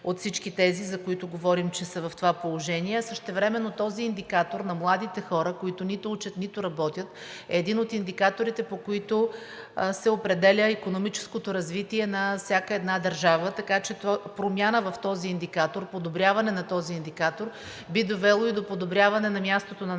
от всички тези, за които говорим, че са в това положение, а същевременно този индикатор на младите хора, които нито учат, нито работят, е един от индикаторите, по които се определя икономическото развитие на всяка една държава, така че промяна в този индикатор, подобряване на този индикатор би довело и до подобряване на мястото на нашата